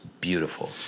beautiful